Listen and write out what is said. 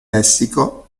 lessico